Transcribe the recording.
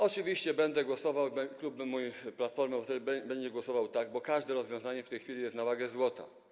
Oczywiście będę głosował, mój klub Platformy Obywatelskiej będzie głosował na tak, bo każde rozwiązanie w tej chwili jest na wagę złota.